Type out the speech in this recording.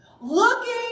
Looking